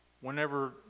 whenever